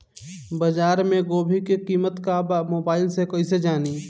बाजार में गोभी के कीमत का बा मोबाइल से कइसे जानी?